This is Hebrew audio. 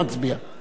אחרון הדוברים.